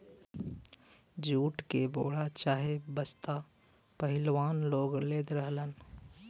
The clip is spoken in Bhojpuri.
जूट के बोरा चाहे बस्ता पहिलवां लोग लेत रहलन